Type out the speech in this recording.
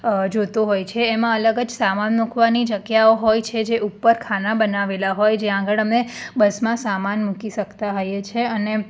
જોતો હોય છે એમાં અલગ જ સામાન મુકવાની જગ્યાઓ હોય છે જે ઉપર ખાના બનાવેલાં હોય જ્યાં આગળ અમે બસમાં સામાન મૂકી શકતા હોઈએ છીએ અને